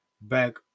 back